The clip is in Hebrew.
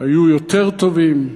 היו יותר טובים,